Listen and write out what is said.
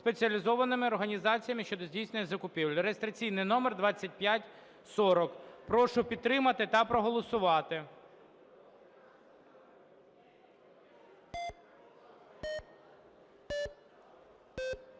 спеціалізованими організаціям, що здійснюють закупівлі (реєстраційний номер 2540). Прошу підтримати та проголосувати.